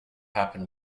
happen